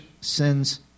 sins